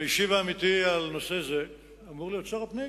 המשיב האמיתי על נושא זה אמור להיות שר הפנים.